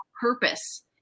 purpose